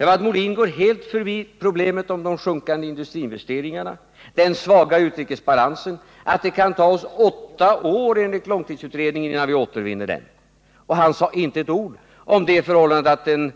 Men Björn Molin går helt förbi problemet med de sjunkande industriinvesteringarna, den svaga utrikesbalansen, att det kan ta oss åtta år enligt långtidsutredningen innan vi återvinner den. Och han sade inte ett ord om det förhållandet att en